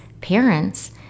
parents